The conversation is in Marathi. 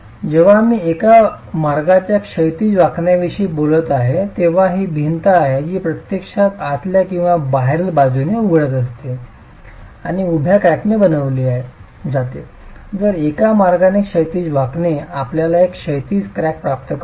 जेव्हा मी एका मार्गाच्या क्षैतिज वाकण्याविषयी बोलत आहे तेव्हा ती भिंत आहे जी प्रत्यक्षात आतल्या किंवा बाहेरील बाजूने उघडत असते आणि उभ्या क्रॅकने बनविली जाते तर एका मार्गाने क्षैतिज वाकणे आपल्याला एक क्षैतिज क्रॅक प्राप्त करते